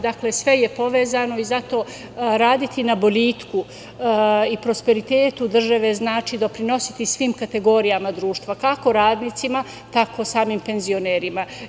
Dakle, sve je povezano i zato raditi na boljitku i prosperitetu države, znači doprinositi svim kategorijama društva kako radnicima, tako samim penzionerima.